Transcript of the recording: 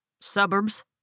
Suburbs